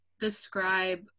describe